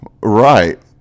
Right